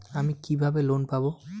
আমি কিভাবে লোন পাব?